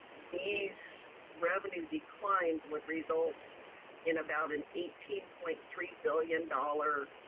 these revenue declines would result in about an eighteen point three billion dollars